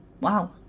wow